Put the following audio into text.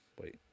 Wait